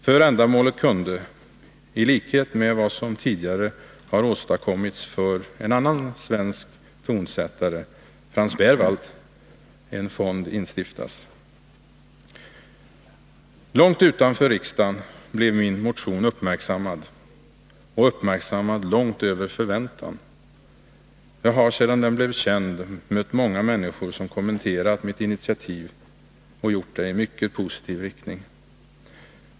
För ändamålet kunde — i likhet med vad som tidigare åstadkommits för en annan svensk tonsättare, Franz Berwald — en fond instiftas. Utanför riksdagen blev min motion uppmärksammad långt över förväntan. Jag har sedan den blev känd mött många människor som har kommenterat mitt initiativ i mycket positiv riktning.